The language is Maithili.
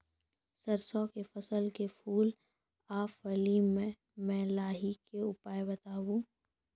सरसों के फसल के फूल आ फली मे लाहीक के उपाय बताऊ?